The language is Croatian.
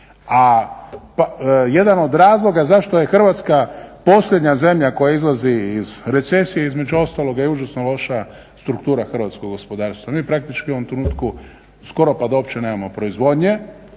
A jedan od razloga zašto je Hrvatska posljednja zemlja koja izlazi iz recesije je između ostaloga i užasno loša struktura hrvatskog gospodarstva. Mi praktički u ovom trenutku skoro pa da uopće nemamo proizvodnje